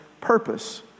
purpose